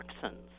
toxins